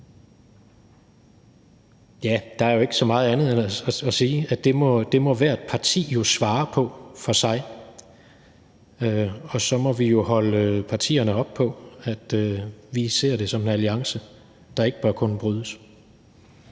nat. Der er ikke så meget andet at sige, end at det må ethvert parti jo svare på for sig. Så må vi holde partierne op på, at vi ser det som en alliance, der ikke bør kunne brydes.